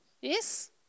Yes